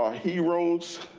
ah heroes,